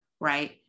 right